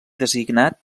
designat